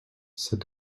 said